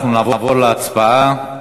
אנחנו נעבור להצבעה.